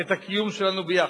את הקיום שלנו יחד.